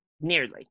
nearly